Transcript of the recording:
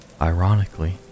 Ironically